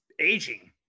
aging